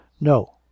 no